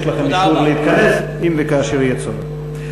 יש לכם אישור להתכנס אם וכאשר יהיה צורך.